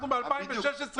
ואנחנו מ-2016,